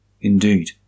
Indeed